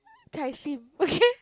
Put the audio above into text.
chye-sim okay